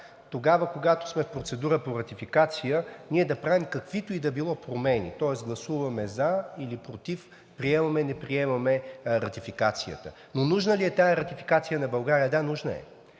как, когато сме в процедура по ратификация, ние да правим каквито и да било промени, тоест гласуваме за или против, приемаме или не приемаме ратификацията. Нужна ли е тази ратификация на България? Да, нужна е.